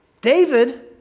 David